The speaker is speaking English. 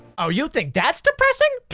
oh, you think that's depressing?